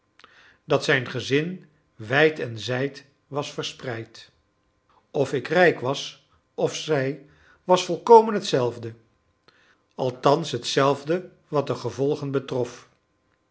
dat zijn gezin wijd en zijd was verspreid of ik rijk was of zij was volkomen hetzelfde althans hetzelfde wat de gevolgen betrof